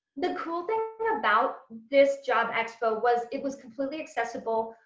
the cool thing about this job expo was it was completely accessible.